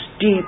deep